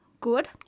Good